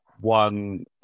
One